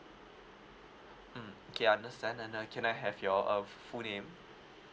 mm okay understand and uh can I have your uh full name